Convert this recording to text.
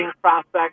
prospect